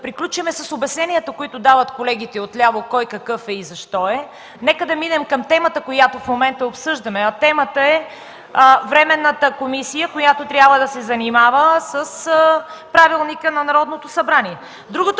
с обясненията, които колегите отляво дават кой какъв е и защо е. Нека да минем към темата, която в момента обсъждаме –временната комисия, която трябва да се занимава с Правилника на Народното събрание. Другото,